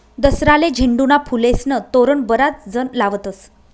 दसराले झेंडूना फुलेस्नं तोरण बराच जण लावतस